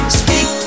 speak